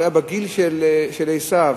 היה בגיל של עשו,